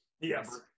Yes